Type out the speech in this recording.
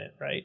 right